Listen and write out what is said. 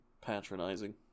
patronizing